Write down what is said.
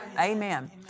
Amen